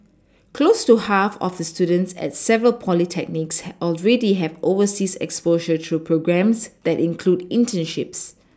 close to half of the students at several Polytechnics already have overseas exposure through programmes that include internships